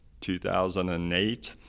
2008